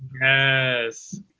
Yes